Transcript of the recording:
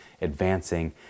advancing